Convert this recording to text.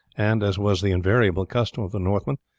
and, as was the invariable custom of the northmen,